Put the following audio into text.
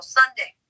sunday